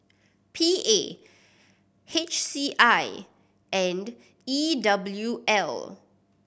P A H C I and E W L